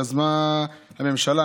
שיזמה הממשלה,